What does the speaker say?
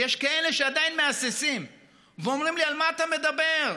ויש כאלה שעדיין מהססים ואומרים לי: על מה אתה מדבר?